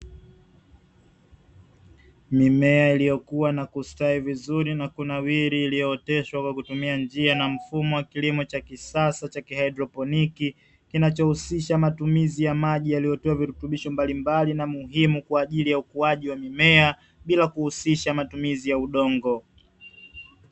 Mimea iliyokua na kustawi vizuri na kunawili iliyooteshwa kwa kutumia njia na mfumo wa kilimo cha kisasa cha kihaidroponiki, kinachohusisha matumizi ya maji yaliyotiwa virutubisho mbalimbali na muhimu kwa ajili ya ukuaji wa mimea bila kuhusisha matumizi ya udongo.